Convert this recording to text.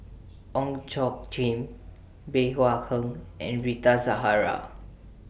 Ong Tjoe Chin Bey Hua Heng and Rita Zahara